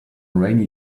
rainy